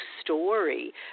story